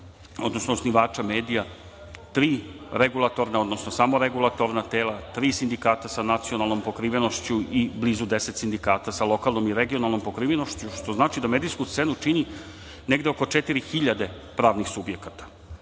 odnosno osnivača medija, tri regulatorna, odnosno samoregulatorna tela, tri sindikata sa nacionalnom pokrivenošću i blizu 10 sindikata sa lokalnom i regionalnom pokrivenošću, što znači da medijsku scenu čini negde oko 4.000 pravnih subjekata. Sa